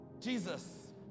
Jesus